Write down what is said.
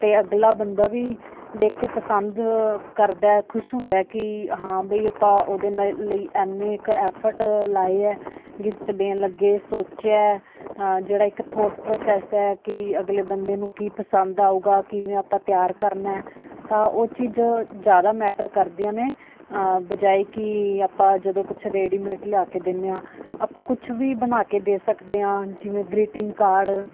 ਅਤੇ ਅਗਲਾ ਬੰਦਾ ਵੀ ਦੇਖ ਕੇ ਪਸੰਦ ਕਰਦਾ ਖੁਸ਼ ਹੁੰਦਾ ਕਿ ਹਾਂ ਬਈ ਆਪਾਂ ਉਹਦੇ ਨਾ ਲਈ ਇੰਨੇ ਕੁ ਐਫਰਟ ਲਾਏ ਹੈ ਗਿਫਟ ਦੇਣ ਲੱਗੇ ਸੋਚਿਆ ਜਿਹੜਾ ਇੱਕ ਥੋਟ ਪ੍ਰੋਸੈਸ ਹੈ ਕਿ ਅਗਲੇ ਬੰਦੇ ਨੂੰ ਕੀ ਪਸੰਦ ਆਵੇਗਾ ਕਿਵੇਂ ਆਪਾਂ ਤਿਆਰ ਕਰਨਾ ਤਾਂ ਉਹ ਚੀਜ਼ ਜ਼ਿਆਦਾ ਮੈਟਰ ਕਰਦੀਆਂ ਨੇ ਬਜਾਏ ਕਿ ਆਪਾਂ ਜਦੋਂ ਕੁਛ ਰੈਡੀਮੇਟ ਲਿਆ ਕੇ ਦਿੰਦੇ ਹਾਂ ਆਪਾਂ ਕੁਛ ਵੀ ਬਣਾ ਕੇ ਦੇ ਸਕਦੇ ਹਾਂ ਜਿਵੇਂ ਗ੍ਰੀਟਿੰਗ ਕਾਰਡ